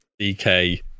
DK